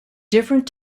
different